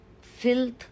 filth